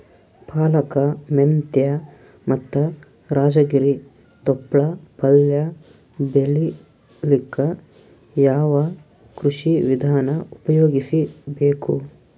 ಪಾಲಕ, ಮೆಂತ್ಯ ಮತ್ತ ರಾಜಗಿರಿ ತೊಪ್ಲ ಪಲ್ಯ ಬೆಳಿಲಿಕ ಯಾವ ಕೃಷಿ ವಿಧಾನ ಉಪಯೋಗಿಸಿ ಬೇಕು?